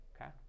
okay